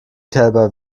kälber